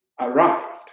arrived